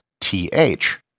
TH